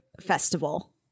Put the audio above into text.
Festival